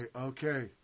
okay